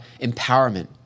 empowerment